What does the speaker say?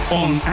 on